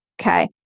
okay